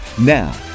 Now